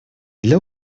для